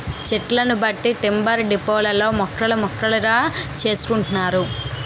చెట్లను బట్టి టింబర్ డిపోలలో ముక్కలు ముక్కలుగా చేసుకుంటున్నారు